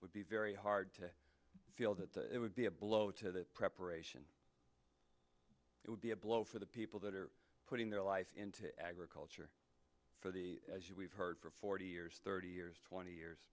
would be very hard to feel that it would be a blow to the preparation it would be a blow for the people that are putting their life into agriculture for the as we've heard for forty years thirty years twenty years